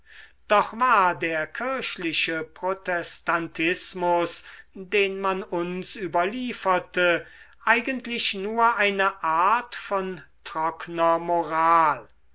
doch war der kirchliche protestantismus den man uns überlieferte eigentlich nur eine art von trockner moral